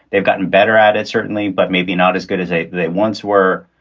they've gotten better at it, certainly, but maybe not as good as they they once were.